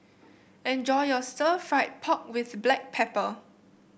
enjoy your Stir Fried Pork with Black Pepper